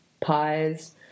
pies